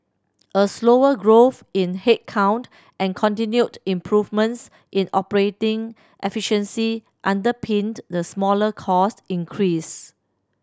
a slower growth in headcount and continued improvements in operating efficiency underpinned the smaller cost increase